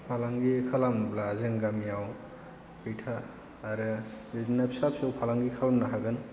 फालांगि खालामोब्ला जों गामियाव गैथारा आरो बिदिनो फिसा फिसौ फालांगि खालामनो हागोन